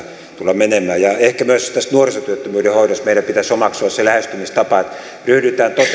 tule menemään ehkä myös tässä nuorisotyöttömyyden hoidossa meidän pitäisi omaksua se lähestymistapa että ryhdytään